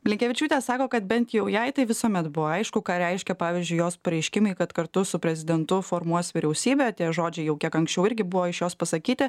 blinkevičiūtė sako kad bent jau jai tai visuomet buvo aišku ką reiškia pavyzdžiui jos pareiškimai kad kartu su prezidentu formuos vyriausybę tie žodžiai jau kiek anksčiau irgi buvo iš jos pasakyti